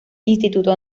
instituto